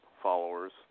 Followers